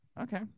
Okay